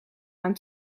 aan